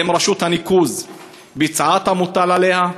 האם רשות הניקוז ביצעה את המוטל עליה?